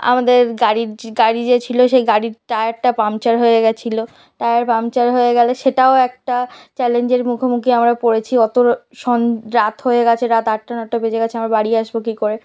আমাদের গাড়িরজ্ গাড়ি যে ছিলো সেই গাড়ির টায়ারটা পাংচার হয়ে গেছিলো টায়ার পাংচার হয়ে গেলে সেটাও একটা চ্যালেঞ্জের মুখোমুখি আমরা পড়েছি অতো সোন রাত হয়ে গেছে রাত আটটা নটা বেজে গেছে আমরা বাড়ি আসবো কী করে